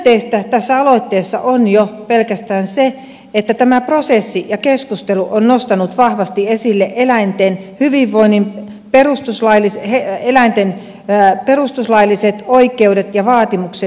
myönteistä tässä aloitteessa on jo pelkästään se että tämä prosessi ja keskustelu on nostanut vahvasti esille eläinten hyvinvoinnin eläinten perustuslailliset oikeudet ja vaatimukset